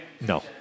No